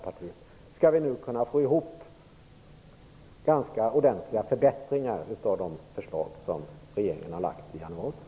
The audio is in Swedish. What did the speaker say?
Vi skulle nog kunna göra ganska ordentliga förbättringar av de förslag som regeringen lade fram i januari.